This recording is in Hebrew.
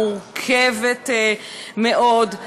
מורכבת מאוד,